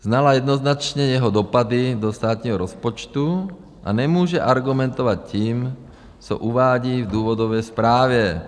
Znala jednoznačně jeho dopady do státního rozpočtu a nemůže argumentovat tím, co uvádí v důvodové zprávě.